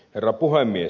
herra puhemies